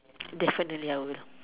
definitely I will